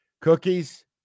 cookies